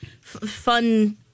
fun